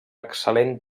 excel·lent